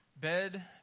Bed